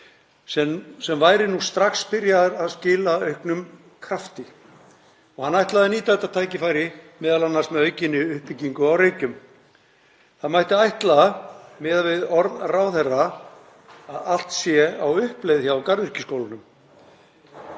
væru strax byrjaðar að skila auknum krafti og hann ætlaði að nýta þetta tækifæri m.a. með aukinni uppbyggingu á Reykjum. Það mætti ætla miðað við orð ráðherra að allt sé á uppleið hjá Garðyrkjuskólanum